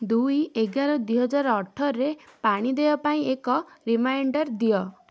ଦୁଇ ଏଗାର ଦୁଇ ହଜାର ଅଠରରେ ପାଣି ଦେୟ ପାଇଁ ଏକ ରିମାଇଣ୍ଡର୍ ଦିଅ